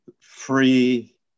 free